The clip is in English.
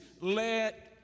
Let